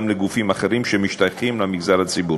לגופים אחרים שמשתייכים למגזר הציבורי.